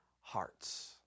hearts